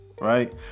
right